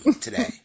today